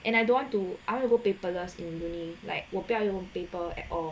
and I don't want to I want to go paperless I done like 我不要用 paper at all